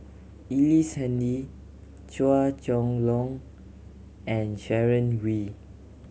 Ellice Handy Chua Chong Long and Sharon Wee